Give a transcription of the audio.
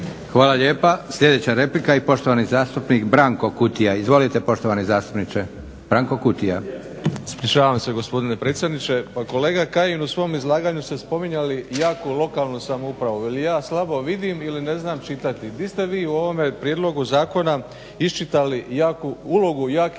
Hvala lijepa. Sljedeća replika i poštovani zastupnik Branko Kutija. Izvolite poštovani zastupniče. **Kutija, Branko (HDZ)** Pa kolega Kajin, u svom izlaganju ste spominjali jaku lokalnu samoupravu. Ili ja slabo vidim ili ne znam čitati, di se vi u ovome prijedlogu zakona iščitali ulogu jake